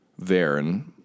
Varen